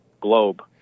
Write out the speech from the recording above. globe